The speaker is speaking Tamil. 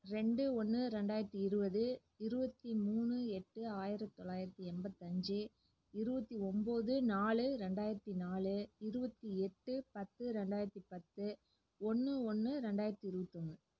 ரெண்டு ஒன்று ரெண்டாயிரத்தி இருபது இருபத்தி மூணு எட்டு ஆயிரத்தி தொள்ளாயிரத்தி எண்பத்தஞ்சி இருபத்தி ஒம்போது நாலு ரெண்டாயிரத்தி நாலு இருபத்தி எட்டு பத்து ரெண்டாயிரத்தி பத்து ஒன்று ஒன்று ரெண்டாயிரத்தி இருபத்தி ஒன்று